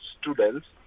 students